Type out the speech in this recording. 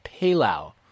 Palau